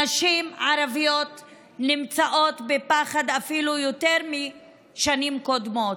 נשים ערביות נמצאות בפחד אפילו יותר מבשנים קודמות.